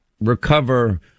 recover